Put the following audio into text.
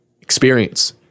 Experience